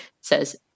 says